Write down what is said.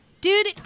dude